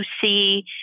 see